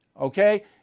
Okay